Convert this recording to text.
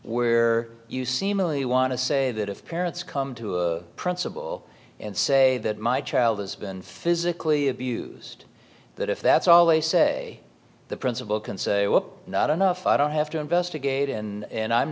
where you seem really want to say that if parents come to a principal and say that my child has been physically abused that if that's all they say the principal can say well not enough i don't have to investigate and